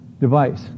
device